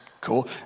cool